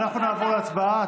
אנחנו נעבור להצבעה.